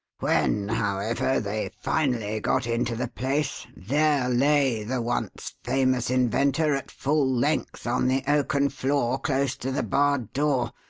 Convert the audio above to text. when, however, they finally got into the place there lay the once famous inventor at full length on the oaken floor close to the barred door,